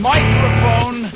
microphone